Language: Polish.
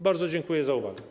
Bardzo dziękuję za uwagę.